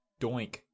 Doink